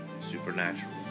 supernatural